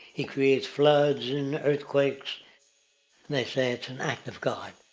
he creates floods and earthquakes and they say it's an act of god.